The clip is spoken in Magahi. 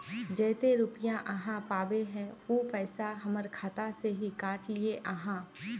जयते रुपया आहाँ पाबे है उ पैसा हमर खाता से हि काट लिये आहाँ?